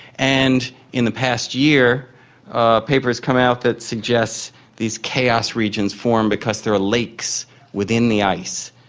and in the past year a paper has come out that suggests these chaos regions formed because there are lakes within the ice,